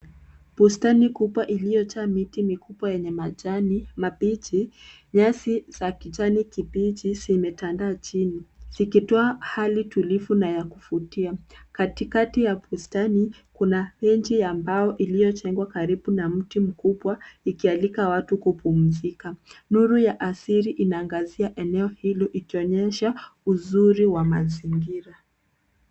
Bustani kubwa iliyojaa miti mikubwa yenye majani mabichi. Nyasi za kijani kibichi zimetandaa chini zikitoa hali tulivu na ya kuvutia. Katikati ya bustani kuna renji ambao iliyojengwa karibu na mti mkubwa ikialika watu kupumzika. Nuru ya asili inaangazia eneo hilo ikionyesha uzuri wa mazingira.